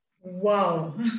Wow